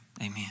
Amen